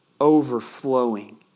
overflowing